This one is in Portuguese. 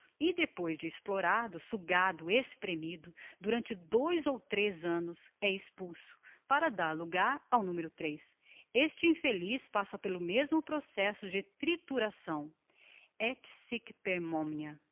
depois de explorado sugado expremido durante dois ou trez este infeliz passa pelo mesmo processo de trituração et